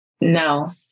No